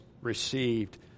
received